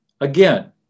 Again